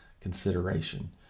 consideration